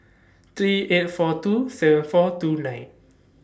three eight four two seven four two nine